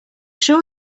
sure